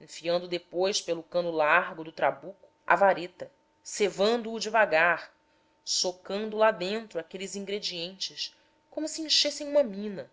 enfiando depois pelo cano largo do trabuco a vareta cevando o devagar socando lá dentro aqueles ingredientes como se enchessem uma mina